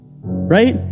right